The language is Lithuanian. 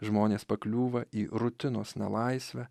žmonės pakliūva į rutinos nelaisvę